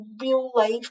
real-life